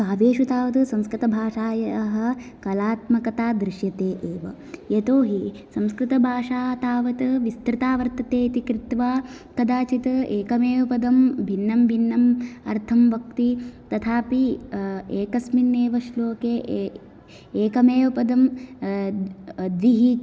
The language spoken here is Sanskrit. काव्येषु तावत् संस्कृतभाषायाः कलात्मकता दृश्यते एव यतोहि संस्कृतभाषा तावत् विस्तृता वर्तते इति कृत्वा कदाचित् एकमेव पदं भिन्नं भिन्नम् अर्थं वक्ति तथापि एकस्मिन् एव श्लोके एकमेव पदम् धिः